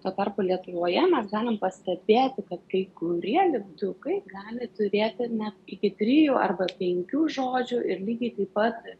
tuo tarpu lietuvoje mes galim pastebėti kad kai kurie lipdukai gali turėti net iki trijų arba penkių žodžių ir lygiai taip pat